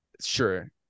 Sure